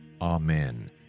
Amen